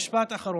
משפט אחרון.